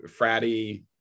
fratty